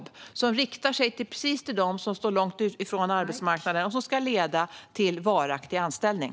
Dessa riktar sig precis till dem som står långt från arbetsmarknaden, och de ska leda till varaktig anställning.